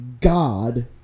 god